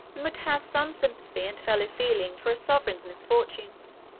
and would have some sympathy and fellow-feeling for a sovereign's misfortunes.